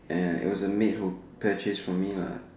and it was a maid who purchased from me lah